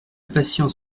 patience